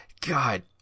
God